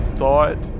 thought